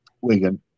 Wigan